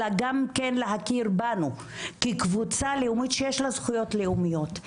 אלא גם כן להכיר בנו כקבוצה לאומית שיש לה זכויות לאומיות,